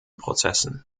prozessen